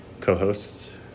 co-hosts